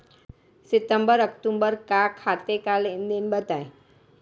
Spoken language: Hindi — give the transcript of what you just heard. सितंबर अक्तूबर का खाते का लेनदेन बताएं